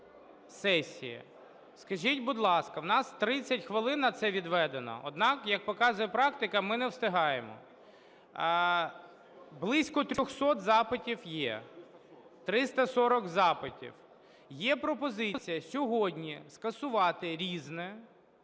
сесії, скажіть, будь ласка, у нас 30 хвилин на це відведено, однак, як показує практика, ми не встигаємо. Близько 300 запитів є. 340 запитів. Є пропозиція сьогодні скасувати "Різне"